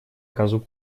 козу